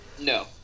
No